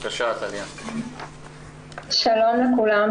שלום לכולם.